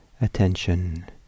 attention